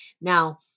Now